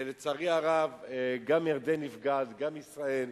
לצערי הרב, גם ירדן נפגעת וגם ישראל.